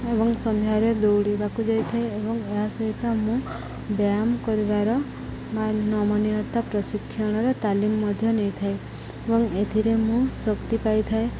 ଏବଂ ସନ୍ଧ୍ୟାରେ ଦୌଡ଼ିବାକୁ ଯାଇଥାଏ ଏବଂ ଏହା ସହିତ ମୁଁ ବ୍ୟାୟାମ କରିବାର ବା ନମନୀୟତା ପ୍ରଶିକ୍ଷଣର ତାଲିମ ମଧ୍ୟ ନେଇଥାଏ ଏବଂ ଏଥିରେ ମୁଁ ଶକ୍ତି ପାଇଥାଏ